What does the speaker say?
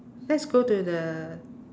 let's go to the